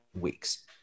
weeks